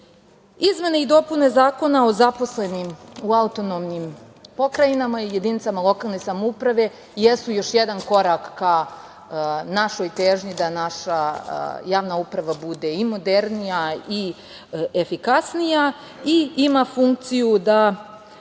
grupa. Izmene i dopune Zakona o zaposlenima u autonomnim pokrajinama i jedinicama lokalne samouprave jesu još jedan korak ka našoj težnji da naša javna uprava bude i modernija i efikasnija i ima funkciju da